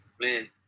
man